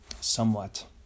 somewhat